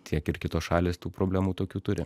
tiek ir kitos šalys tų problemų tokių turi